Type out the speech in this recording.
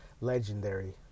legendary